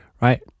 right